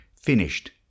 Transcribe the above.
finished